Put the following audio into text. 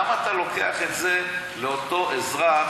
למה אתה לוקח את זה לאותו אזרח,